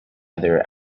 other